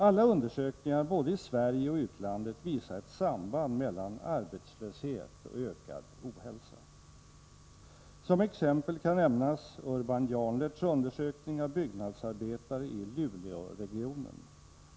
Alla undersökningar, både i Sverige och i utlandet, visar ett samband mellan arbetslöshet och ökad ohälsa. Som exempel kan nämnas Urban Janlerts undersökning av byggnadsarbetare i Luleåregionen.